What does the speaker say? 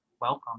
welcome